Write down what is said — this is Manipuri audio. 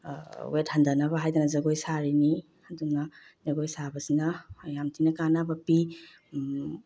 ꯋꯦꯠ ꯍꯟꯊꯅꯕ ꯍꯥꯏꯗꯅ ꯖꯒꯣꯏ ꯁꯥꯔꯤꯅꯤ ꯑꯗꯨꯅ ꯖꯒꯣꯏ ꯁꯥꯕꯁꯤꯅ ꯌꯥꯝ ꯊꯤꯅ ꯀꯥꯟꯅꯕ ꯄꯤ